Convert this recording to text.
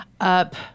up